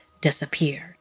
disappeared